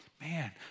Man